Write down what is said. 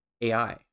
AI